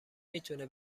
میتونه